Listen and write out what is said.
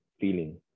feeling